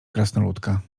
krasnoludka